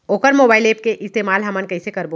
वोकर mobile app के इस्तेमाल हमन कइसे करबो?